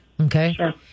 Okay